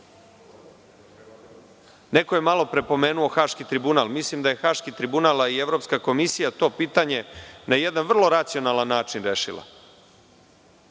je malo pre pomenuo Haški tribunal. Mislim da je Haški tribunal, a i Evropska komisija to pitanje na jedan vrlo racionalan način rešila.